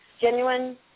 genuine